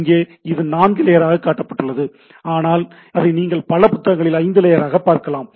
இங்கே இது 4 லேயராக காட்டப்பட்டுள்ளது ஆனால் அதை நீங்கள் பல புத்தகங்களில் 5 லேயராக பார்க்கலாம்